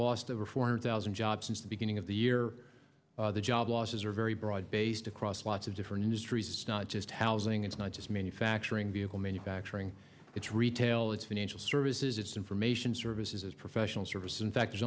lost over four hundred thousand jobs since the beginning of the year the job losses are very broad based across lots of different industries not just housing it's not just manufacturing vehicle manufacturing it's retail it's financial services it's information services as professional service in fact